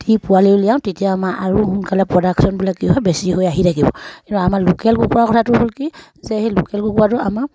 দি পোৱালি উলিয়াওঁ তেতিয়া আমাৰ আৰু সোনকালে প্ৰডাকশ্যনবিলাক কি হয় বেছি হৈ আহি থাকিব কিন্তু আমাৰ লোকেল কুকুৰৰ কথাটো হ'ল কি যে সেই লোকেল কুকুৰাটো আমাৰ